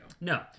No